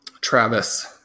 Travis